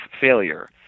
failure